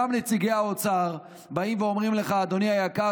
גם נציגי האוצר באים אומרים לך: אדוני היקר,